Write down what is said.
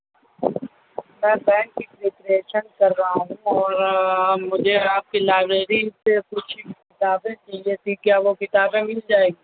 میں بینک کی پریپریشن کر رہا ہوں اور مجھے آپ کی لائبریری سے کچھ کتابیں چاہیے تھیں کیا وہ کتابیں مل جائیں گی